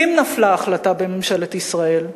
ואם נפלה החלטה בממשלת ישראל,